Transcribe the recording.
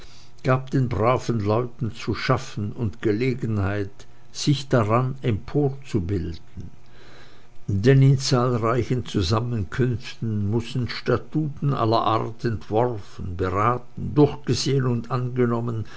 gab den braven leuten zu schaffen und gelegenheit sich daran emporzubilden denn in zahlreichen zusammenkünften mußten statuten aller art entworfen beraten durchgesehen und angenommen